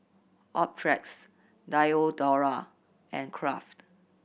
Optrex Diadora and Kraft